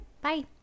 bye